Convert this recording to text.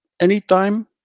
anytime